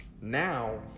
now